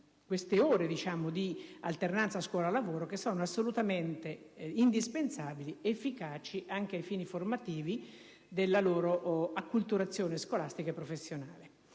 le ore di alternanza scuola-lavoro che sono assolutamente indispensabili ed efficaci anche ai fini formativi della loro crescita scolastica e professionale.